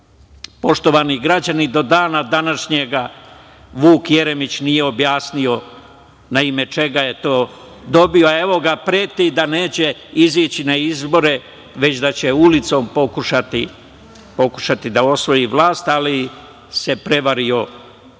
izvora. Poštovani građani i do dana današnjeg Vuk Jeremić nije objasnio na ime čega je to dobio, a evo ga preti da neće izaći na izbore, već da će ulicom pokušati da osvoji vlast, ali se prevario u tom